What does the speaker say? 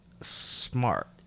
smart